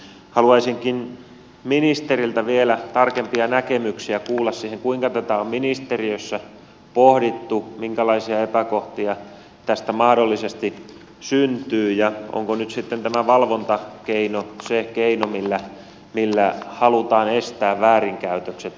haluaisinkin ministeriltä vielä tarkempia näkemyksiä kuulla siihen kuinka tätä on ministeriössä pohdittu minkälaisia epäkohtia tästä mahdollisesti syntyy ja onko nyt sitten tämä valvontakeino se keino millä halutaan estää väärinkäytökset